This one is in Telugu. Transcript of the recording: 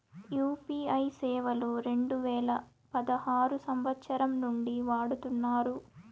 యూ.పీ.ఐ సేవలు రెండు వేల పదహారు సంవచ్చరం నుండి వాడుతున్నారు